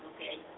Okay